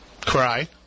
cry